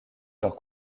leur